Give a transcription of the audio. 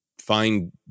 find